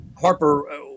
Harper